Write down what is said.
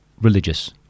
religious